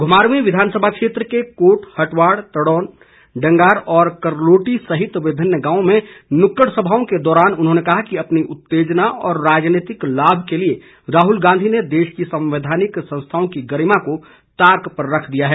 घुमारवीं विधानसभा क्षेत्र के कोट हटवाड़ तड़ौन डंगार और करलोटी सहित विभिन्न गांवों में नुक्कड़ सभाओं के दौरान उन्होंने कहा कि अपनी उत्तेजना और राजनीतिक लाभ के लिए राहुल गांधी ने देश की संवैधानिक संस्थाओं की गरिमा को ताक पर रख दिया है